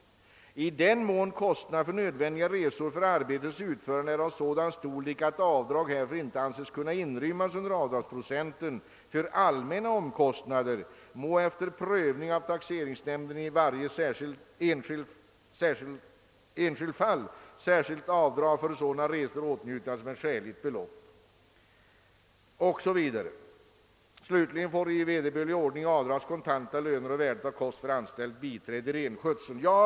I den mån kostnaderna för nödvändiga resor för arbetets utförande är av sådan storlek att avdrag härför icke anses kunna inrymmas under avdragsprocenten för allmänna omkostnader, må efter prövning av taxeringsnämnden i varje enskilt fall särskilt avdrag för sådana resor åtnjutas med skäligt belopp. Slutligen får i vederbörlig ordning avdragas kontanta löner och värdet av kost för anställt biträde i renskötseln.